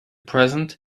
present